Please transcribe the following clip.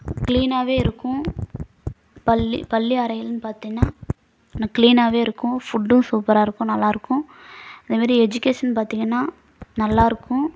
கிளீனாகவே இருக்கும் பள்ளி பள்ளி அறைகள்னு பார்த்தீன்னா நா கிளீனாகவே இருக்கும் ஃபுட்டும் சூப்பராக இருக்கும் நல்லாயிருக்கும் அதேமாரி எஜுகேஷன் பார்த்தீங்கன்னா நல்லாயிருக்கும்